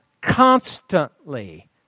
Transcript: constantly